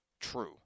true